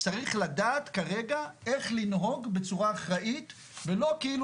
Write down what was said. צריך לדעת כרגע איך לנהוג בצורה אחראית ולא כאילו